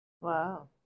Wow